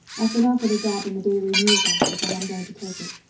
i've been offered a job in the daily news office and i'm going to take it.